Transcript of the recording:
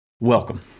Welcome